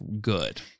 good